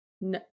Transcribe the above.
no